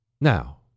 Now